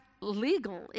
legal